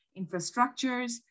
infrastructures